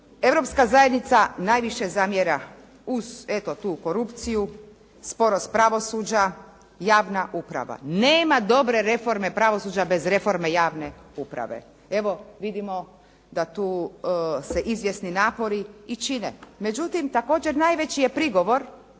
Europska zajednica najviše zamjera uz eto tu korupciju, sporost pravosuđa, javna uprava. Nema dobre reforme pravosuđa bez reforme javne uprave. Evo vidimo da tu se izvjesni napori i čine. Međutim također najveći je prigovor